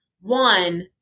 One